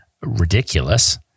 ridiculous